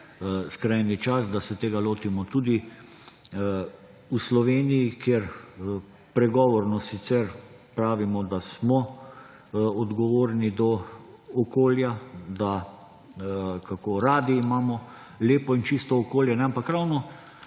skrajni čas, da se tega lotimo tudi v Sloveniji, kjer pregovorno sicer pravimo, da smo odgovorni do okolja, da kako radi imamo lepo in čisto okolje, ampak ravno